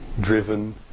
driven